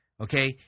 Okay